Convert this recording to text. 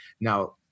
Now